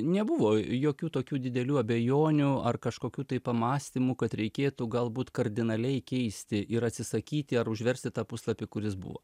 nebuvo jokių tokių didelių abejonių ar kažkokių tai pamąstymų kad reikėtų galbūt kardinaliai keisti ir atsisakyti ar užversti tą puslapį kuris buvo